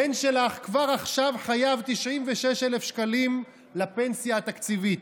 הבן שלך כבר עכשיו חייב 96,000 שקלים לפנסיה התקציבית.